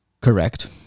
Correct